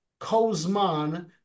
Kozman